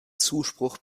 zuspruch